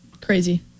Crazy